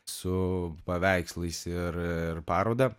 su paveikslais ir ir paroda